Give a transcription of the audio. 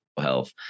health